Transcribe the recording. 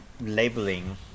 labeling